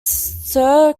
sir